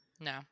no